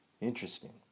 Interesting